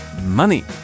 Money